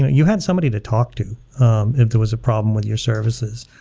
you had somebody to talk to if there was a problem with your services.